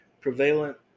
prevalent